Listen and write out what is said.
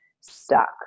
stuck